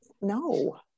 no